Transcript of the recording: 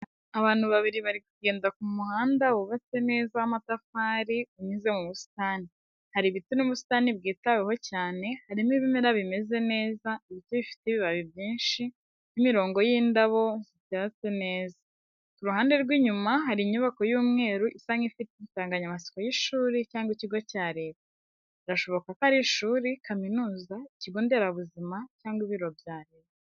Abantu babiri bari kugenda ku muhanda wubatse neza w’amatafari unyuze mu busitani. Hari ibiti n’ubusitani bwitaweho cyane harimo ibimera bimeze neza ibiti bifite ibibabi byinshi n’imirongo y’indabo zitetse neza. Ku ruhande rw’inyuma hari inyubako y’umweru isa nk’ifite insanganyamatsiko y’ishuri cyangwa ikigo cya leta birashoboka ko ari ishuri, kaminuza, ikigo nderabuzima, cyangwa ibiro bya leta.